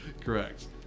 correct